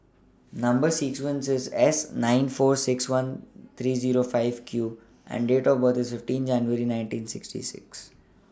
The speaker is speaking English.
Number sequence IS S nine four six one three Zero five Q and Date of birth IS fifteen January nineteen sixty six